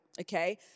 okay